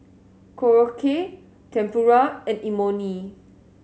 Korokke Tempura and Imoni